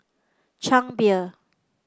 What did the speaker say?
Chang Beer